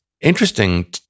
interesting